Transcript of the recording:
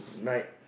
night